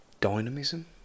dynamism